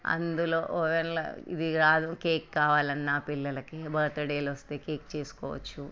అందులో ఓవెన్లో ఇది కాదు కేక్ కావాలన్నా పిల్లలకి బర్తడేలు వస్తే కేక్ చేసుకోవచ్చు